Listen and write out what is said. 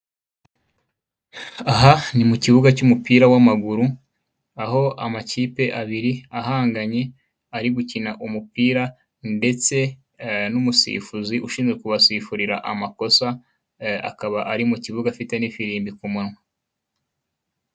Aha ni mu kibuga cy'umupira w'amaguru, aho amakipe abiri ahanganye ari gukina umupira ndetse n'umusifuzi ushinzwe kubasifurira amakosa, akaba ari mu kibuga afite n'ifirimbi ku munwa.